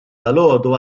dalgħodu